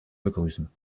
begrüßen